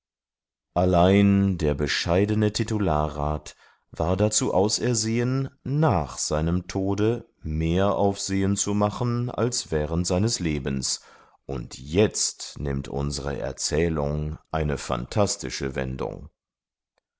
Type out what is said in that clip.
allein der bescheidene titularrat war dazu ausersehen nach seinem tode mehr aufsehen zu machen als während seines lebens und jetzt nimmt unsere erzählung eine phantastische wendung